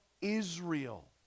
Israel